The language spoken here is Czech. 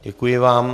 Děkuji vám.